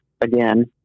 again